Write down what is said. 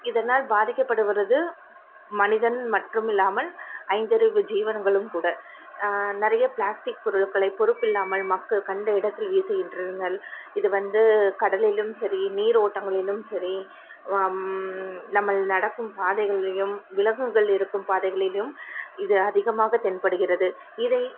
இதனால் பாதிக்கப்படுகிறது மனிதன் மற்றும் இல்லாமல் ஐந்தறிவு ஜீவன்களும் கூட நிறைய ப்ளாஸ்டிக் பொருட்களை பொறுப்பு இல்லாமல் மக்கள் கண்ட இடத்தில் வீசுகின்றதால் இது வந்து கடலிலும் சரி நீர் ஓட்டங்களிலும் சரி அம் நம்ம நடக்கும் பாதைகள்லையும் விலங்குகள் இருக்கும் பாதைகளிலும் இது அதிகமாக தென்படுகிறது இதை